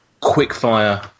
quick-fire